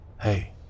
Hey